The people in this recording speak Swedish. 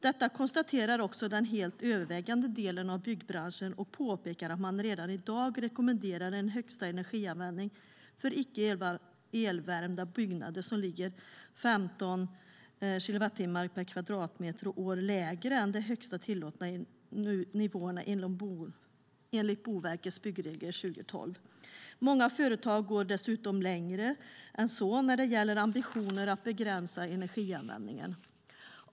Detta konstaterar också den helt övervägande delen av byggbranschen och påpekar att man redan i dag rekommenderar en högsta energianvändning för icke elvärmda byggnader som ligger 15 kilowattimmar per kvadratmeter och år lägre än de högsta tillåtna nivåerna enligt Boverkets byggregler 2012. Många företag går dessutom längre än så när det gäller ambitionen att begränsa energianvändningen.